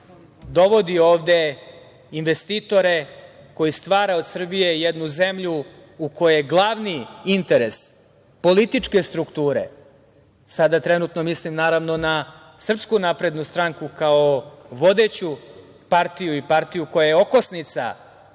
dovodi ovde investitore, koji stvara od Srbije jednu zemlju u kojoj je glavni interes političke strukture, sada trenutno mislim, naravno na Srpsku naprednu stranku kao vodeću partiju i partiju koja je okosnica